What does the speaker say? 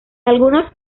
algunos